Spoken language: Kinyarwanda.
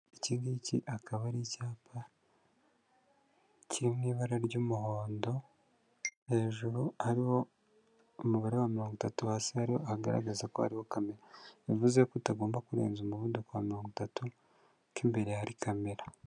Iki ngiki akaba ari icyapa kiri mu ibara ry'umuhondo, hejuru hariho umubare wa mirongo itatu, hasi hariho hagaragaza ko hariho kamera, bivuze ko utagomba kurenza umuvuduko wa mirongo itatu ko imbere hariho kamera.